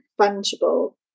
fungible